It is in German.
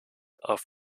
auf